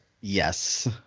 Yes